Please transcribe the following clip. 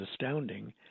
astounding